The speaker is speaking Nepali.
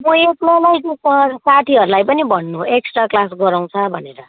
म एक्लोलाई कि सर साथीहरूलाई पनि भन्नु एक्स्ट्रा क्लास गराउँछ भनेर